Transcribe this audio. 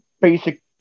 basic